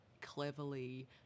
cleverly